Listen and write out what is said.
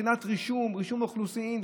מבחינת רישום אוכלוסין,